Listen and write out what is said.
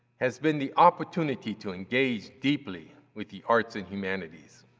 has been the opportunity to engage deeply with the arts and humanities.